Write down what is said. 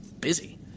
busy